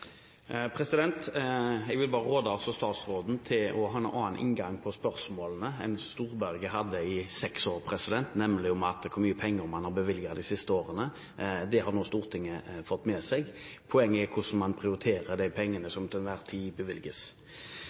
å ha en annen inngang på spørsmålene enn det Storberget hadde i seks år, nemlig hvor mye penger man har bevilget de siste årene. Det har nå Stortinget fått med seg. Poenget er hvordan man prioriterer de pengene som til enhver tid bevilges.